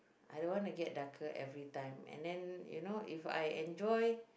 I don't wanna get darker everytime and then you know if I enjoy